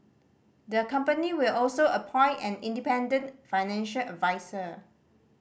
the company will also appoint an independent financial adviser